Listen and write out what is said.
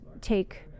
take